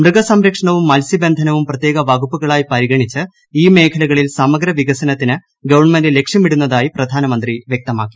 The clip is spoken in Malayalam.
മൃഗസംരക്ഷണവും മത്സ്യബന്ധനവും പ്രത്യേക വകുപ്പുകളായി പരിഗണിച്ച് ഈ മേഖലകളിൽ സമഗ്രവികസനത്തിന് ഗവൺമെന്റ് ലക്ഷ്യമിടുന്നതായി പ്രധാനമന്ത്രി വ്യക്തമാക്കി